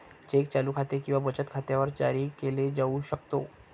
check चालू खाते किंवा बचत खात्यावर जारी केला जाऊ शकतो